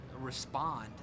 respond